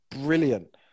brilliant